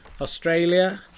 Australia